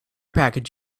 package